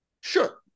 sure